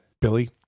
Billy